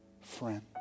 friend